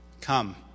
Come